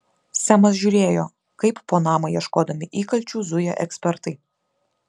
semas žiūrėjo kaip po namą ieškodami įkalčių zuja ekspertai